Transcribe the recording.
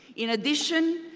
in addition,